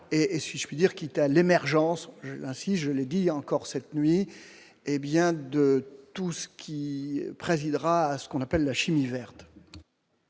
et si je puis dire, quitte à l'émergence, ainsi, je l'ai dit encore cette nuit, hé bien de tout ce qui présidera ce qu'on appelle la chimie verte.